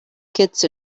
kids